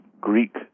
Greek